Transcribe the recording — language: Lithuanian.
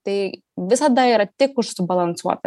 tai visada yra tik už subalansuotą